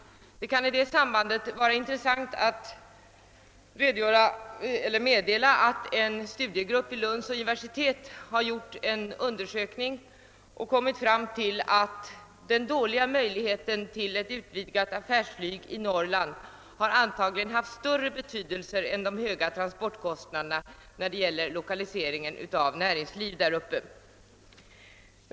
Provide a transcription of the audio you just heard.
Det kan i det sammanhanget vara intressant att meddela, att en studiegrupp vid Lunds universitet efter en undersökning har funnit, att de dåliga möjligheterna att utvidga flyget i Norrland antagligen har haft större betydelse än de höga transportkostnaderna för lokaliseringen av näringsliv där uppe.